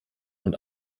und